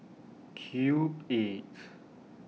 Cube eight